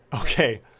Okay